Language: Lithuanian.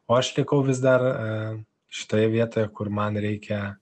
o aš likau vis dar šitoje vietoje kur man reikia